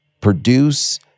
produce